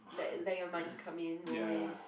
let let your money come in roll in